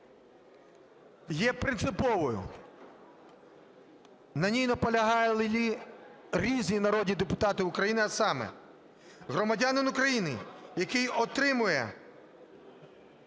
є принциповою, на ній наполягали різні народні депутати України, а саме громадянин України, який отримує